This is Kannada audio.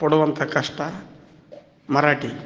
ಪಡುವಂಥ ಕಷ್ಟ ಮರಾಠಿ